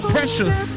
Precious